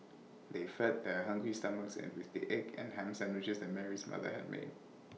they fed their hungry stomachs and with the egg and Ham Sandwiches that Mary's mother had made